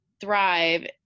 thrive